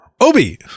Obi